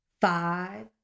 five